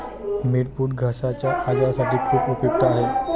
मिरपूड घश्याच्या आजारासाठी खूप उपयुक्त आहे